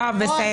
תודה יואב.